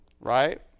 Right